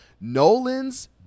Nolan's